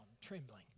trembling